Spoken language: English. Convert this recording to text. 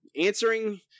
answering